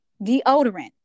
deodorant